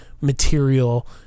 material